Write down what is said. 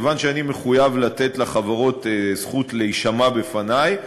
כיוון שאני מחויב לתת לחברות זכות להישמע בפני,